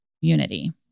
unity